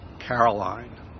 Caroline